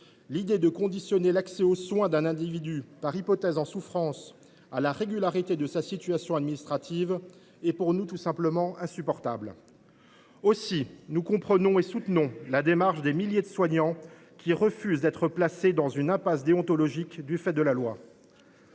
l’idée de conditionner l’accès aux soins d’un individu, par hypothèse en souffrance, à la régularité de sa situation administrative est pour nous tout simplement insupportable. Aussi, nous comprenons et soutenons la démarche des milliers des soignants qui refusent d’être placés, du fait de la loi,